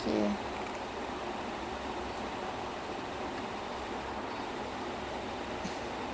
eh what happened to vikram sia like vikram was so solid as an actor where the hell did he go